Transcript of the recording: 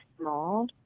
small